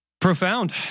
profound